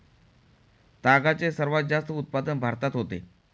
तागाचे सर्वात जास्त उत्पादन भारतात होते